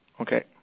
Okay